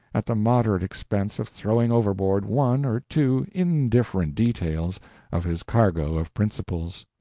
at the moderate expense of throwing overboard one or two indifferent details of his cargo of principles.